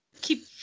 Keep